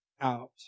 out